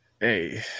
Hey